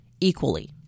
equally